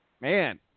man